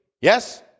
Yes